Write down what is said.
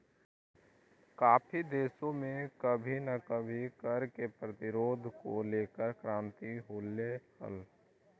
काफी देशों में कभी ना कभी कर के प्रतिरोध को लेकर क्रांति होलई हल